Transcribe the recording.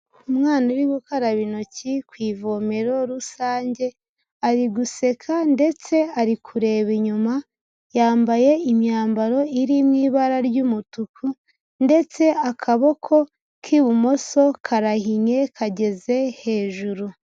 Umwana uri gukaraba intoki ku ivomero rusange, ari guseka ndetse ari kureba inyuma, yambaye imyambaro iri mu ibara ry'umutuku ndetse akaboko k'ibumoso karahinye kageze hejuru.